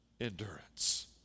endurance